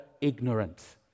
ignorant